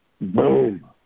Boom